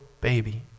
baby